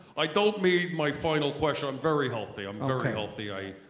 i don't mean my final question i'm very healthy, i'm very healthy.